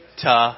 ta